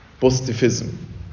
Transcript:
positivism